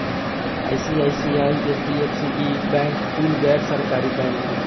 ICICI, HDFC, ई bank कुल गैर सरकारी बैंक ह